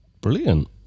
Brilliant